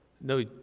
No